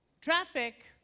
traffic